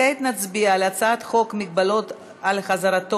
כעת נצביע על הצעת חוק מגבלות על חזרתו